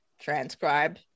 Transcribe